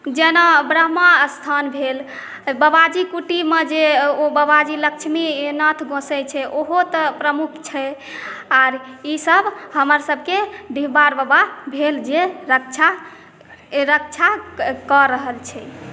जेना ब्रह्मा स्थान भेल बबाजीक कुटीमे जे ओ बबाजी लक्ष्मीनाथ गोसाईं छै ओहो तऽ प्रमुख छै आर ई सब हमर सबके डिहबार बाबा भेल जे रक्षा रक्षा कऽ रहल छै